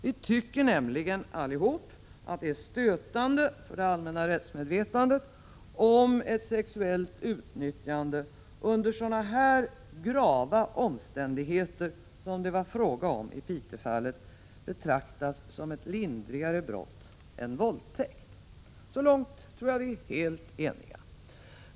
Vi tycker nämligen allesammans att det är stötande för det allmänna rättsmedvetandet om ett sexuellt utnyttjande under så grava omständigheter som det var fråga om i Piteåfallet betraktas som ett lindrigare brott än våldtäkt.